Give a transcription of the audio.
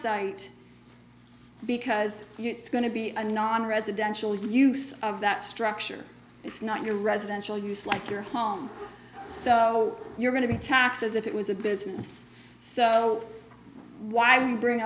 site because it's going to be a non residential use of that structure it's not your residential use like your home so you're going to be taxed as if it was a business so why w